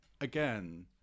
again